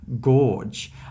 gorge